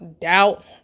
doubt